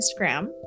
instagram